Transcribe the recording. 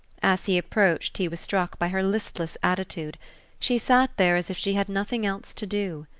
as he approached he was struck by her listless attitude she sat there as if she had nothing else to do.